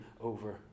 over